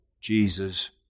Jesus